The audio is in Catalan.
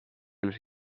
els